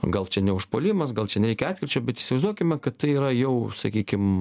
gal čia ne užpuolimas gal čia nereikia atkirčio bet įsivaizduokime kad tai yra jau sakykim